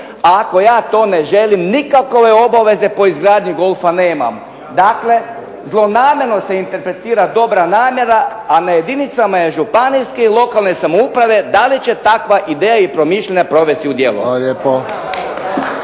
ako ja to ne želim nikakve obaveze po izgradnji golfa nemam. Dakle, zlonamjerno se interpretira dobra namjera, a na jedinicama je županijske i lokalne samouprave da li će takva ideja i promišljanja provesti u djelo.